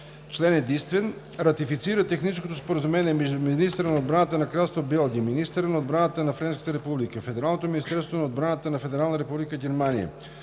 „Член единствен. Ратифицира Техническото споразумение между министъра на отбраната на Кралство Белгия, министъра на отбраната на Френската република, Федералното министерство на отбраната на Федерална република Германия,